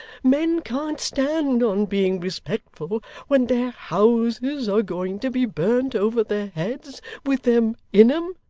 men can't stand on being respectful when their houses are going to be burnt over their heads, with them in em.